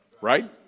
right